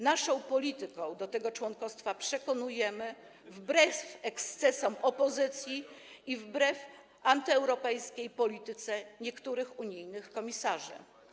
Naszą polityką do tego członkostwa przekonujemy wbrew ekscesom opozycji i wbrew antyeuropejskiej polityce niektórych unijnych komisarzy.